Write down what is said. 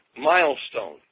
milestone